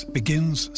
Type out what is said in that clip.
begins